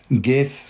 give